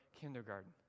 kindergarten